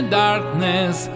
darkness